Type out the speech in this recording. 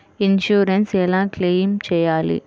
Insurance ఎలా claim చేయాలి?